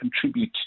contribute